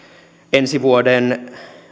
ensi vuoden